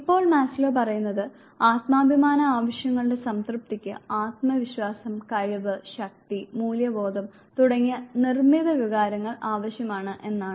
ഇപ്പോൾ മാസ്ലോ പറയുന്നത് ആത്മാഭിമാന ആവശ്യങ്ങളുടെ സംതൃപ്തിക്ക് ആത്മവിശ്വാസം കഴിവ് ശക്തി മൂല്യബോധം തുടങ്ങിയ നിർമ്മിത വികാരങ്ങൾ ആവശ്യമാണ് എന്നാണ്